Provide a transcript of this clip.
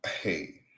hey